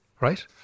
Right